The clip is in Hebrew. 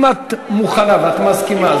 אם את מוכנה ואת מסכימה,